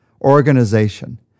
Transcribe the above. organization